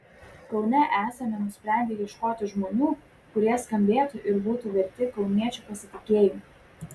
kaune esame nusprendę ieškoti žmonių kurie skambėtų ir būtų verti kauniečių pasitikėjimo